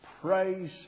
praise